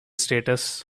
status